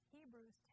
Hebrews